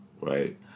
right